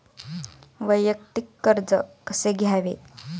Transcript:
वैयक्तिक कर्ज कसे घ्यावे?